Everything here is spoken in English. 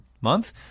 month